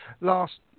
last